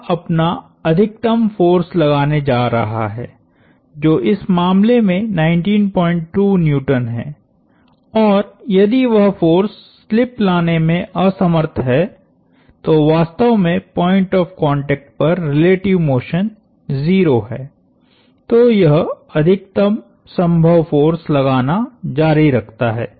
यह अपना अधिकतम फोर्स लगाने जा रहा है जो इस मामले में 192N है और यदि वह फोर्स स्लिप लाने में असमर्थ है तो वास्तव में पॉइंट ऑफ़ कांटेक्ट पर रिलेटिव मोशन 0 है तो यह अधिकतम संभव फोर्स लगाना जारी रखता है